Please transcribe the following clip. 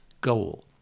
goal